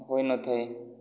ହୋଇନଥାଏ